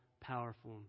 powerful